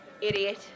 Idiot